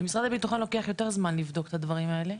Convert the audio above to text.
למשרד הביטחון לוקח יותר זמן לבדוק את הדברים האלה.